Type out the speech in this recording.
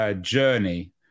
Journey